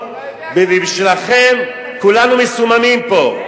ובשבילכם כולנו מסוממים פה.